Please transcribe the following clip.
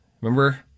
Remember